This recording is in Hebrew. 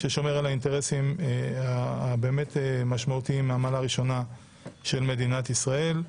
ששומרת על האינטרסים המשמעותיים מהמעלה הראשונה של מדינת ישראל.